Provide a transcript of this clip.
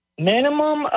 Minimum